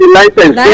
license